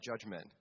judgment